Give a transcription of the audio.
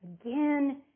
Again